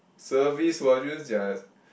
service